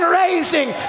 raising